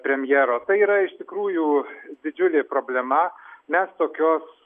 premjero tai yra iš tikrųjų didžiulė problema mes tokios